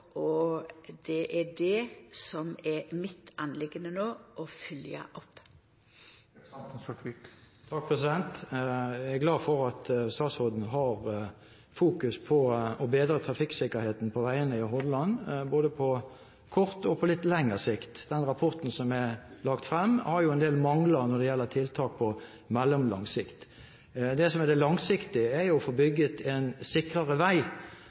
det er det som er mi oppgåve å følgja opp no. Jeg er glad for at statsråden har fokus på å bedre trafikksikkerheten på veiene i Hordaland, både på kort og på litt lengre sikt. Den rapporten som er lagt frem, har en del mangler når det gjelder tiltak på mellomlang sikt. Det som er det langsiktige, er å få bygd en sikrere vei.